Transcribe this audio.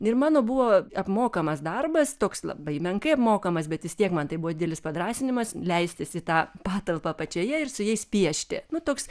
ir mano buvo apmokamas darbas toks labai menkai apmokamas bet vis tiek man tai buvo didelis padrąsinimas leistis į tą patalpą apačioje ir su jais piešti nu toks